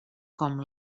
com